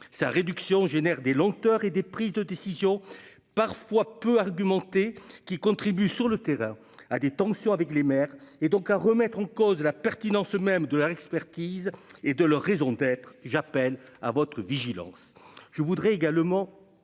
sa réduction génère des lenteurs et des prises de décisions parfois peu argumenté qui contribuent sur le terrain à des tensions avec les maires, et donc à remettre en cause la pertinence même de leur expertise et de leur raison d'être, j'appelle à votre vigilance